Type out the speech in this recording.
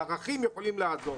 ערכים יכולים לעזור.